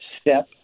step